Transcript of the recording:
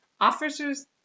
Officers